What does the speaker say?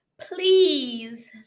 please